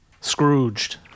scrooged